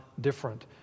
different